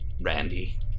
Randy